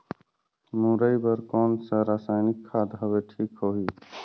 मुरई बार कोन सा रसायनिक खाद हवे ठीक होही?